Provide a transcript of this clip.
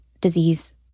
disease